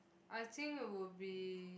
I think would be